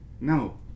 No